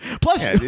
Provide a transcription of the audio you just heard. Plus